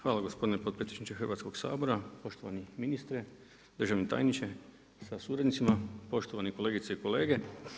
Hvala gospodine potpredsjedniče Hrvatskoga sabora, poštovani ministre, državni tajniče sa suradnicima, poštovane kolegice i kolege.